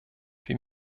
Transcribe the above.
wir